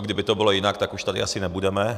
Kdyby to bylo jinak, tak už tady asi nebudeme.